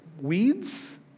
weeds